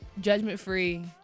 judgment-free